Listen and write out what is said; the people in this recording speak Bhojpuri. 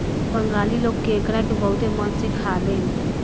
बंगाली लोग केकड़ा के बहुते मन से खालेन